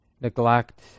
neglect